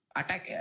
attack